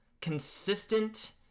consistent